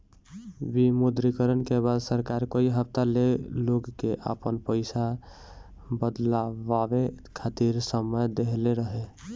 विमुद्रीकरण के बाद सरकार कई हफ्ता ले लोग के आपन पईसा बदलवावे खातिर समय देहले रहे